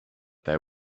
their